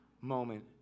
moment